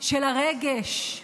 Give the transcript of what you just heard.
של הרגש.